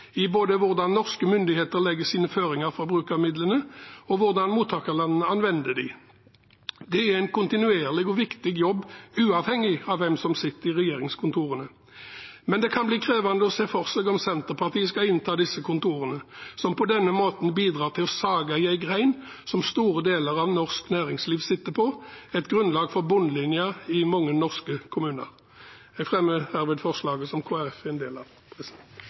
i både hvordan norske myndigheter legger sine føringer for bruk av midlene, og hvordan mottakerlandene anvender dem. Det er en kontinuerlig og viktig jobb uavhengig av hvem som sitter i regjeringskontorene. Men det kan bli krevende å se for seg om Senterpartiet skal innta disse kontorene, som på denne måten bidrar til å sage i grenen som store deler av norsk næringsliv sitter på, et grunnlag for bunnlinjen i mange norske kommuner. Jeg